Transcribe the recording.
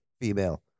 female